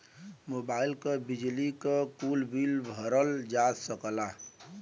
mobile क, बिजली क, कुल बिल भरल जा सकला